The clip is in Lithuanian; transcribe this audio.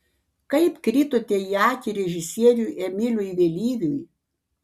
kaip kritote į akį režisieriui emiliui vėlyviui